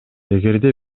эгерде